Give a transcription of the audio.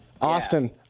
Austin